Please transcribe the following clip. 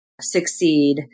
succeed